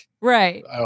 Right